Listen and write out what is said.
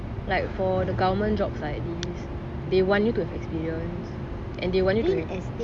like for the government jobs like this they want you to have experience and they want you to